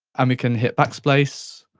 and we can hit backspace,